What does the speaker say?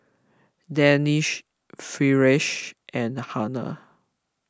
Danish Firash and Hana